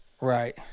Right